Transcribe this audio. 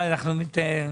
מחשבים.